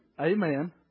Amen